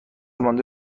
مانده